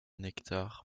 nectar